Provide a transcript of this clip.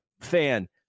fan